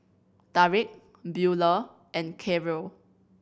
Tarik Beulah and Karyl